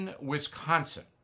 Wisconsin